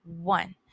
One